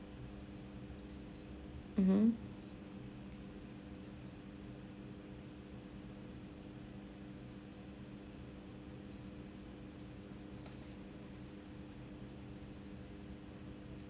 mmhmm